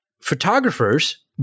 Photographers